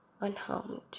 unharmed